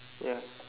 ya